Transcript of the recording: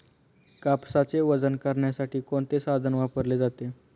कापसाचे वजन करण्यासाठी कोणते साधन वापरले जाते?